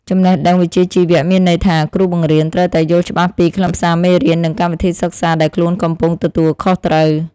ចំណេះដឹងវិជ្ជាជីវៈមានន័យថាគ្រូបង្រៀនត្រូវតែយល់ច្បាស់ពីខ្លឹមសារមេរៀននិងកម្មវិធីសិក្សាដែលខ្លួនកំពុងទទួលខុសត្រូវ។